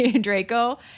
Draco